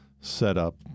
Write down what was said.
setup